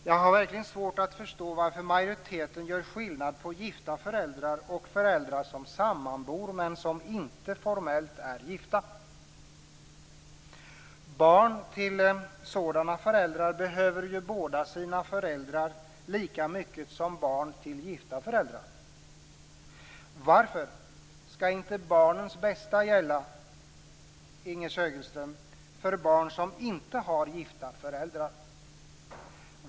Jag har verkligen svårt att förstå varför majoriteten gör skillnad på gifta föräldrar och föräldrar som sammanbor men som inte formellt är gifta. Barn till sådana föräldrar behöver båda sina föräldrar lika mycket som barn till gifta föräldrar. Varför skall inte barnens bästa gälla för barn som inte har gifta föräldrar, Inger Segelström?